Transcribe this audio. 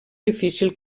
difícil